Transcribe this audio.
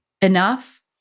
enough